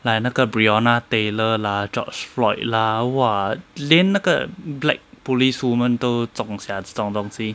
like 那个 breonna taylor george floyd lah !wah! 连那个 black policewoman 都中 sia 这种东西